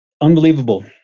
unbelievable